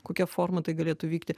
kokia forma tai galėtų vykti